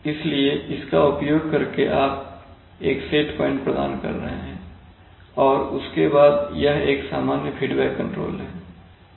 इसलिए इसका उपयोग करके आप एक सेट प्वाइंट प्रदान कर रहे हैं और उसके बाद यह एक सामान्य फीडबैक कंट्रोल है